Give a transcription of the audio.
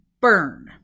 burn